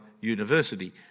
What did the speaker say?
university